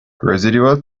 residual